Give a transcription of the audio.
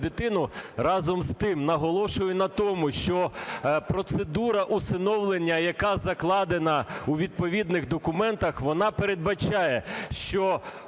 дитину. Разом з тим наголошую на тому, що процедура усиновлення, яка закладена у відповідних документах, вона передбачає, що